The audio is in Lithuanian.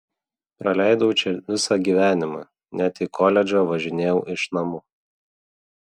praleidau čia visą gyvenimą net į koledžą važinėjau iš namų